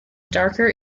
darker